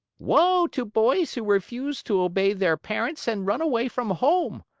woe to boys who refuse to obey their parents and run away from home!